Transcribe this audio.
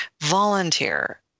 volunteer